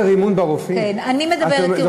אני מדברת כרגע,